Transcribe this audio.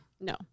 No